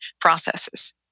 processes